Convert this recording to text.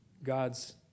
God's